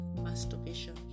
masturbation